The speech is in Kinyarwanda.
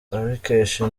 abikesha